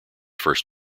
first